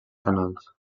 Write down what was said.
canals